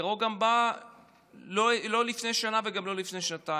הטרור גם לא בא לפני שנה וגם לא לפני שנתיים.